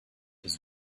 his